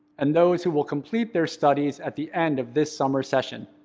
and those who will complete their studies at the end of this summer session.